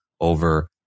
over